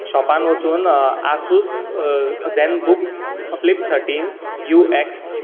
शॉपान वचून Asus Zenbook Flip thirteen U x